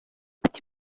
ati